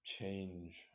change